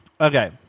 Okay